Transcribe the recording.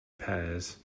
pairs